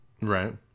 Right